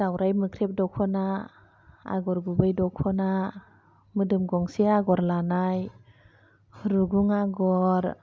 दावराइ मोख्रेब दखना आगर गुबै दखना मोदोम गंसे आगर लानाय रुगुं आगर